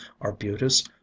arbutus